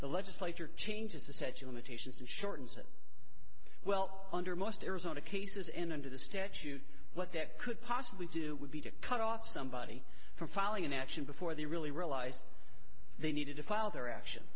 the legislature changes the statue limitations and shortens it well under most arizona cases in under the statute what that could possibly do would be to cut off somebody from following an action before they really realized they needed to file their action